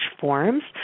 forms